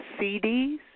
CDs